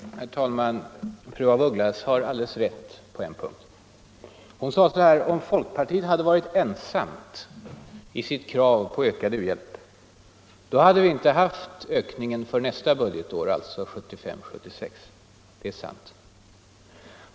Herr talman! Fru af Ugglas har alldeles rätt på en punkt. Hon sade: om folkpartiet hade:varit ensamt i sitt krav på ökad u-hjälp hade vi inte fått ökningen under nästa budgetår, alltså 1975/76. Det är sant.